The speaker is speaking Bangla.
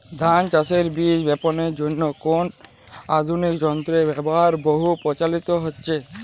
ধান চাষের বীজ বাপনের জন্য কোন আধুনিক যন্ত্রের ব্যাবহার বহু প্রচলিত হয়েছে?